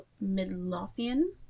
midlothian